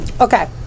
Okay